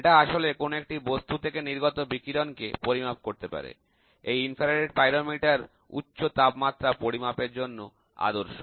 এটা আসলে কোন একটি বস্তু থেকে নির্গত বিকিরণকে পরিমাপ করতে পারে এই ইনফ্রারেড পাইরোমিটার উচ্চ তাপমাত্রা পরিমাপের জন্য আদর্শ